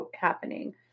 happening